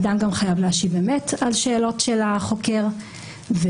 אדם גם חייב להשיב אמת על שאלות של החוקר והזכות